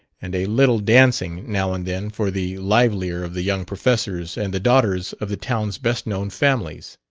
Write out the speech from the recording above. and a little dancing, now and then, for the livelier of the young professors and the daughters of the town's best-known families